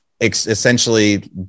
essentially